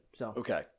Okay